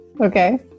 Okay